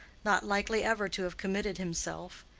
not likely ever to have committed himself.